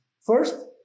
First